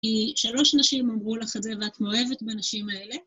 שלוש נשים אמרו לך את זה ואת מאוהבת בנשים האלה.